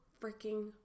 freaking